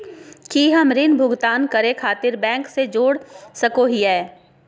की हम ऋण भुगतान करे खातिर बैंक से जोड़ सको हियै?